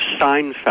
Seinfeld